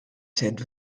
set